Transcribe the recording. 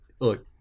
Look